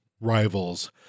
rivals